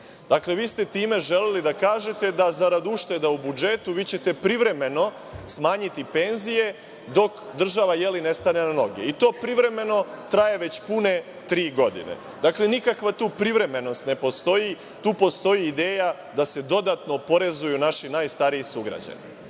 Dakle, vi ste time želeli da kažete da zarad ušteda u budžetu vi ćete privremeno smanjiti penzije, dok država ne stane na noge. To privremeno traje već pune tri godine. Dakle, nikakva tu privremenost ne postoji, tu postoji ideja da se dodatno oporezuju naši najstariji sugrađani.